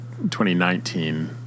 2019